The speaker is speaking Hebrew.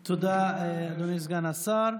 תודה, אדוני סגן השר.